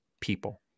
people